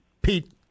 Pete